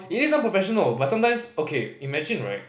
it is unprofessional but sometimes okay imagine right